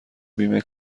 بیمه